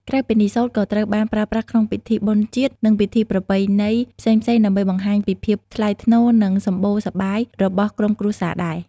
ក្រៅពីនេះ សូត្រក៏ត្រូវបានប្រើប្រាស់ក្នុងពិធីបុណ្យជាតិ និងពិធីប្រពៃណីផ្សេងៗដើម្បីបង្ហាញពីភាពថ្លៃថ្នូរ និងសម្បូរសប្បាយរបស់ក្រុមគ្រួសារដែរ។